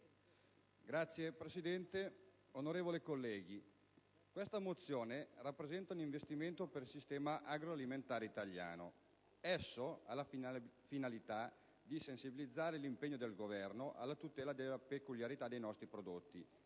Signora Presidente, onorevoli colleghi, questa mozione rappresenta un investimento per il sistema agroalimentare italiano. Essa ha la finalità di sensibilizzare l'impegno del Governo alla tutela della peculiarità dei nostri prodotti,